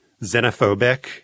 xenophobic